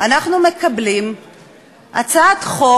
אנחנו מקבלים הצעת חוק